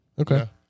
Okay